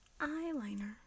Eyeliner